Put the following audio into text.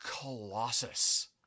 Colossus